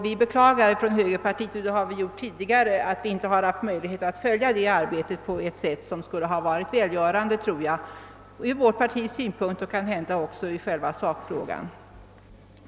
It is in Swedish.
Vi beklagar från högerpartiet — och det har vi även gjort tidigare — att vi inte har haft möjlighet att följa det arbetet på ett sätt som skulle ha varit välgörande, tror jag, ur vårt partis synpunkt och kanhända också i själva sakfrågan.